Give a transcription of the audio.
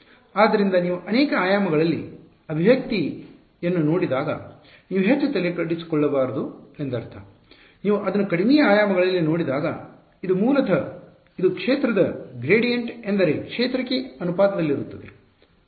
ಆದ್ದರಿಂದ ನೀವು ಅನೇಕ ಆಯಾಮಗಳಲ್ಲಿ ಅಭಿವ್ಯಕ್ತಿಯನ್ನು ನೋಡಿದಾಗ ನೀವು ಹೆಚ್ಚು ತಲೆಕೆಡಿಸಿಕೊಳ್ಳಬಾರದು ಎಂದರ್ಥ ನೀವು ಅದನ್ನು ಕಡಿಮೆ ಆಯಾಮಗಳಲ್ಲಿ ನೋಡಿದಾಗ ಇದು ಮೂಲತಃ ಇದು ಕ್ಷೇತ್ರದ ಗ್ರೇಡಿಯಂಟ್ ಎಂದರೆ ಕ್ಷೇತ್ರಕ್ಕೆ ಅನುಪಾತದಲ್ಲಿರುತ್ತದೆ